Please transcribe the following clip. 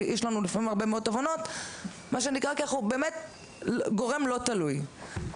לפעמים יש לנו הרבה מאוד תובנות כי אנחנו באמת גורם לא תלוי.